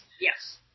Yes